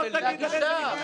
תודה.